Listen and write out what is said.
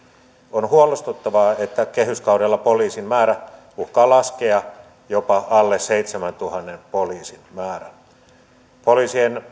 on huolestuttavaa että kehyskaudella poliisin määrä uhkaa laskea jopa alle seitsemäntuhannen poliisin määrän poliisien